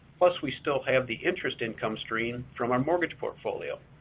plus we still have the interest income stream from our mortgage portfolio.